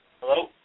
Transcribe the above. Hello